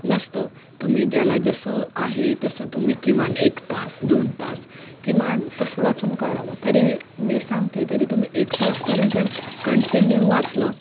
नसतं तुम्ही ज्याला जसं आहे तसं तुम्ही किमान एक तास दोन तास किमान तसं वाचून काढावं तरी मी सांगते तरी तुमी एक तास तरी जर कंटिन्यू वाचलं